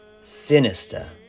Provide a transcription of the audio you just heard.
sinister